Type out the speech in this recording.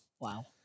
Wow